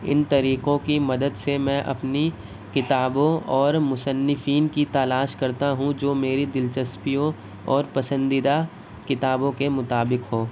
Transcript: ان طریقوں کی مدد سے میں اپنی کتابوں اور مصنفین کی تلاش کرتا ہوں جو میری دلچسپیوں اور پسندیدہ کتابوں کے مطابق ہو